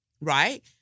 Right